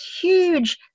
huge